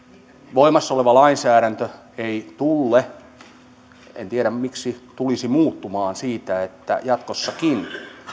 voimassa oleva lainsäädäntö ei tulle en tiedä miksi tulisi muuttumaan siitä että jatkossakin